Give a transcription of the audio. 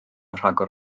rhagor